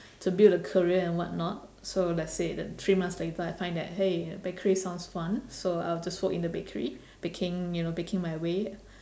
to build a career and whatnot so let's say that three months later I find that !hey! bakery sounds fun so I'll just work in a bakery baking you know baking my way